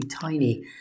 tiny